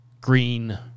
green